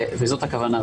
וזאת הכוונה.